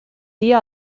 día